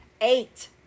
eight